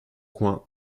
coin